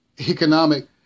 economic